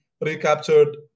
recaptured